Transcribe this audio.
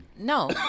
No